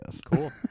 Cool